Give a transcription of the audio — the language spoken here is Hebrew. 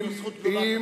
יש לו זכות קדימה.